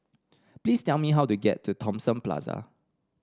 please tell me how to get to Thomson Plaza